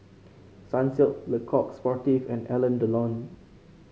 Sunsilk Le Coq Sportif and Alain Delon